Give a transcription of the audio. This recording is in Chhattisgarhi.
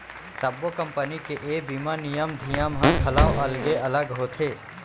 सब्बो कंपनी के ए बीमा नियम धियम ह घलौ अलगे अलग होथे